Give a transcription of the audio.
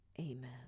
Amen